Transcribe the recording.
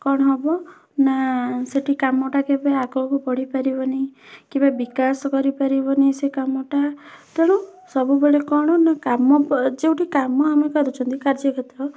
କ'ଣ ହେବ ନା ସେଇଠି କାମଟା କେବେ ଆଗକୁ ବଢ଼ିପାରିବନି କେବେ ବିକାଶ କରିପାରିବନି ସେ କାମଟା ତେଣୁ ସବୁବେଳେ କ'ଣ ନା କାମ ଯେଉଁଠି କାମ ଆମେ କରୁଛନ୍ତି କାର୍ଯ୍ୟକ୍ଷେତ୍ର